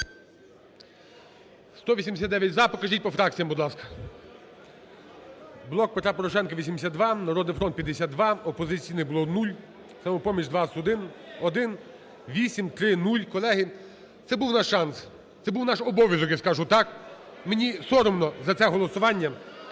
За-189 Покажіть по фракціям, будь ласка. "Блок Петра Порошенка" – 82, "Народний фронт" – 52, "Опозиційний блок" – 0, "Самопоміч" – 21. 1, 8, 3, 0… Колеги, це був наш шанс. Це був наш обов'язок, я скажу так. Мені соромно за це голосування.